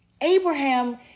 Abraham